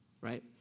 right